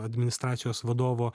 administracijos vadovo